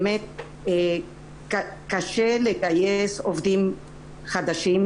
באמת קשה לגייס עובדים חדשים,